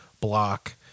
block